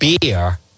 beer